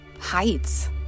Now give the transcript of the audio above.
heights